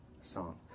song